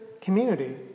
community